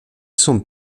sont